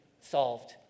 solved